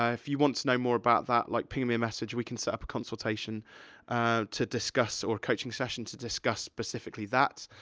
if you want to know more about that, like, ping me a message, we can set up a consultation ah to discuss, or a coaching session to discuss specifically that.